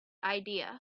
idea